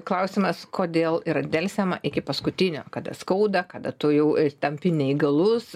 klausimas kodėl yra delsiama iki paskutinio kada skauda kada tu jau tampi neįgalus